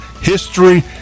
history